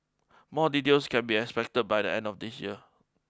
more details can be expect by the end of this year